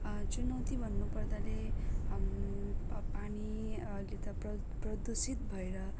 चुनौती भन्नुपर्दाले पानी अहिले त प्र प्रदूर्षित भएर